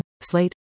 slate